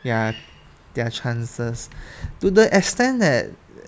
ya their chances to the extent that